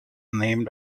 named